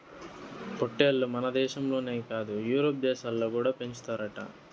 పొట్టేల్లు మనదేశంలోనే కాదు యూరోప్ దేశాలలో కూడా పెంచుతారట